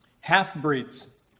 half-breeds